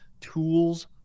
tools